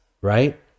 right